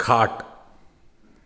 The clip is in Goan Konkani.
खाट